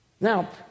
Now